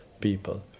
people